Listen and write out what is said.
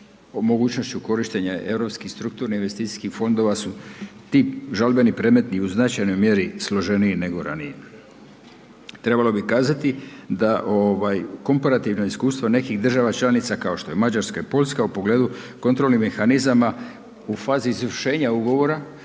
o mogućnošću korištenja europskih strukturnih investicijskih fondova su ti žalbeni predmeti u značajnoj mjeri složeniji nego ranije. Trebalo bi kazati da komparativna iskustva nekih država članica kao što je Mađarska i Poljska u pogledu kontrolnih mehanizama u fazi izvršenja ugovora